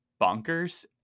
bonkers